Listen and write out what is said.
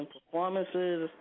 Performances